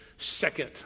second